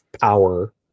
power